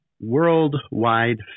worldwide